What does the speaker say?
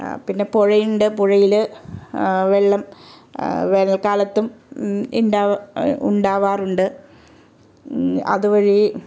പിന്നെ പുഴയുണ്ട് പുഴയിൽ വെള്ളം വേനൽക്കാലത്തും ഉണ്ടാവും ഉണ്ടാവാറുണ്ട് അതുവഴി